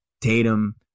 Tatum